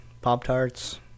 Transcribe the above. Pop-Tarts